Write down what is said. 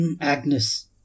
Agnes